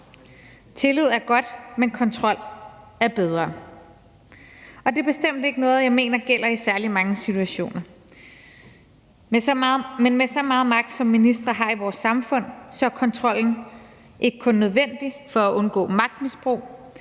Tillid er godt, men kontrol er bedre. Det er bestemt ikke noget, jeg mener gælder i særlig mange situationer, men med så meget magt, som ministre har i vores samfund, er kontrollen ikke kun nødvendig for at undgå magtmisbrug;